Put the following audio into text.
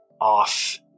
off